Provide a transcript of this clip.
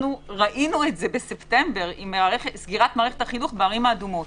וראינו את זה בספטמבר עם סגירת מערכת החינוך בערים האדומות,